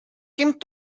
came